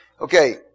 Okay